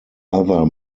other